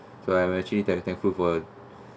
so I am actually thank~ thankful for